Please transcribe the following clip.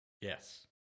Yes